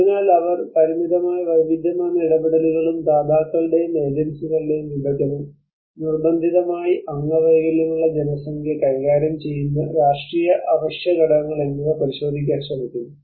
അതിനാൽ അവർ പരിമിതമായ വൈവിധ്യമാർന്ന ഇടപെടലുകളും ദാതാക്കളുടെയും ഏജൻസികളുടെയും വിഭജനം നിർബന്ധിതമായി അംഗവൈകല്യമുള്ള ജനസംഖ്യ കൈകാര്യം ചെയ്യുന്ന രാഷ്ട്രീയ അവശ്യഘടകങ്ങൾ എന്നിവ പരിശോധിക്കാൻ ശ്രമിക്കുന്നു